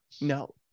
no